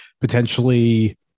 potentially